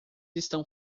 estão